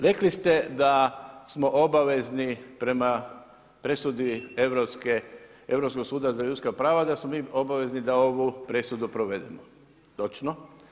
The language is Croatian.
Rekli ste da smo obavezni prema presudi Europskog suda za ljudska prava, da smo mi obavezni da ovu presudu provedemo, točno.